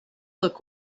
look